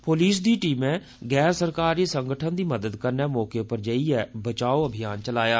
पुलस दी टीम नै गैर सरकारी संगठन दी मदद कन्नै मौके उप्पर जाइयै बचाव अभियान चलाया